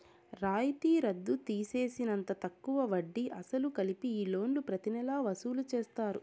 రాయితీ రద్దు తీసేసినంత తక్కువ వడ్డీ, అసలు కలిపి ఈ లోన్లు ప్రతి నెలా వసూలు చేస్తారు